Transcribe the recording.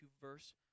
verse